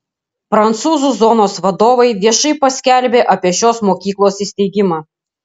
prancūzų zonos vadovai viešai paskelbė apie šios mokyklos įsteigimą